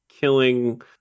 killing